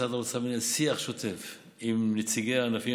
משרד האוצר מנהל שיח שוטף עם נציגי הענפים